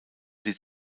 sie